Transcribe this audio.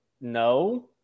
no